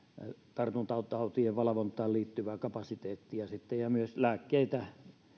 tartuntatautien valvontaan liittyvää kapasiteettia ja myös lääkkeitä